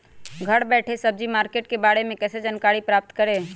घर बैठे सब्जी मार्केट के बारे में कैसे जानकारी प्राप्त करें?